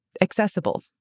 accessible